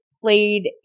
Played